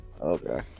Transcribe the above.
Okay